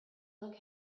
look